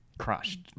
Crushed